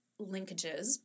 linkages